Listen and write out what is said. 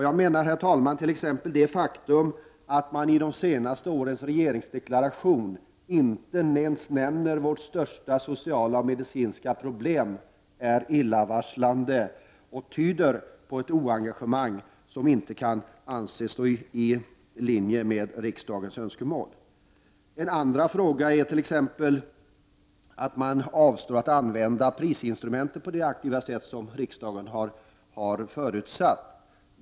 Jag menar t.ex. att det faktum att man i de senaste årens regeringsdeklarationer inte ens nämner vårt största medicinska och sociala problem är illavarslande och tyder på ett oengagemang som inte kan anses vara i linje med riksdagens önskemål. Ett annat faktum är att man avstår från att använda prisinstrumentet på det aktiva sätt som riksdagen har förutsatt.